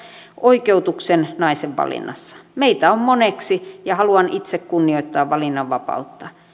oikeutuksen naisen valinnassa meitä on moneksi ja haluan itse kunnioittaa valinnanvapautta